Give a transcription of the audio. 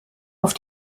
auf